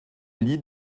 lie